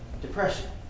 depression